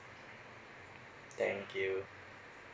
thank you